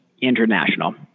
International